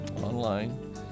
Online